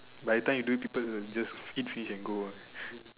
by the time you do it people will just eat finish and go ah